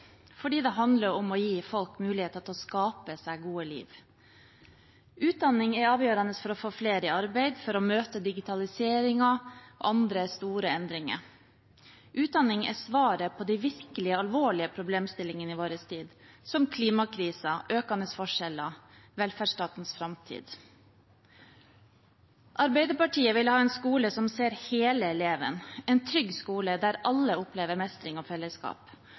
fordi det handler om å gi folk muligheter til å skape seg et godt liv. Utdanning er avgjørende for å få flere i arbeid og for å møte digitaliseringen og andre store endringer. Utdanning er svaret på de virkelig alvorlige problemstillingene i vår tid, som klimakrisen, økende forskjeller og velferdsstatens framtid. Arbeiderpartiet vil ha en skole som ser hele eleven, en trygg skole der alle opplever mestring og fellesskap,